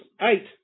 Eight